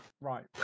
Right